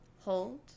Hold